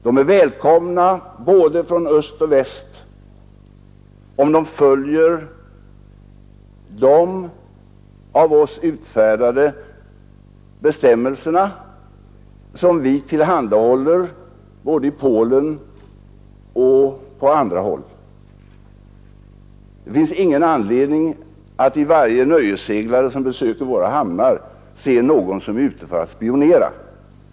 De är välkomna både från öst och väst, om de följer de av oss utfärdade bestämmelser som vi tillhandahåller både i Polen och på andra håll. Det finns ingen anledning att i varje nöjesseglare som besöker våra hamnar se någon som är ute för att spionera.